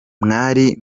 mwari